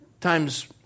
times